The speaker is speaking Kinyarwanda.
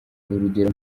urugero